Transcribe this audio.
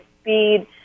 speed